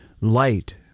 light